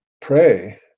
pray